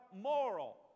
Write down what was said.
moral